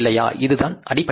இதுதான் அடிப்படைக் கொள்கை